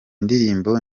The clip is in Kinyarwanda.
ndirimbo